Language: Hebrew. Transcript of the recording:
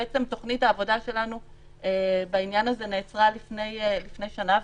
בעצם תוכנית העבודה שלנו בעניין הזה נעצרה לפני שנה.